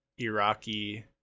Iraqi